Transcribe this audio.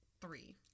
three